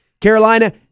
Carolina